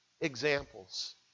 examples